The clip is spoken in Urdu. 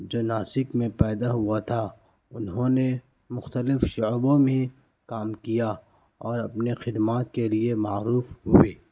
جو ناسک میں پیدا ہوا تھا انہوں نے مختلف شعبوں میں کام کیا اور اپنے خدمات کے لیے معروف ہوئے